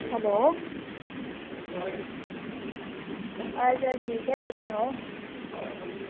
hello हां जी माराज हाल चाल ठीक ऐ तुस सनाओ